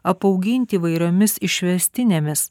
apauginti įvairiomis išvestinėmis